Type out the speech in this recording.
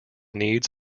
needs